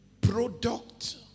product